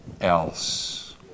else